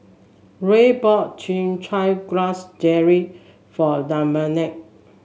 Rey bought Chin Chow Grass Jelly for Dominick